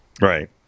Right